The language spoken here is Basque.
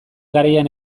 garaian